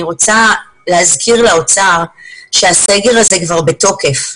אני רוצה להזכיר לאוצר שהסגר הזה כבר בתוקף.